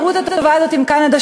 החברות הטובה הזאת עם קנדה,